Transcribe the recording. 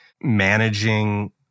managing